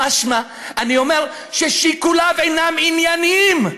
משמע שאני אומר ששיקוליו אינם ענייניים.